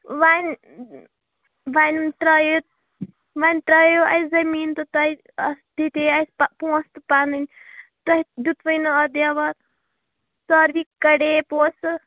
وۄنۍ وۄنۍ ترٛایو وۄنۍ ترٛایو اَسہِ زٔمیٖن تہٕ تۄہہِ دِتے اَسہِ پہ پونٛسہٕ تہٕ پَنٕنۍ تۄہہِ دیُتوٕے نہٕ اَتھ دیوار ساروٕے کَڑے پونٛسہٕ